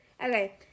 Okay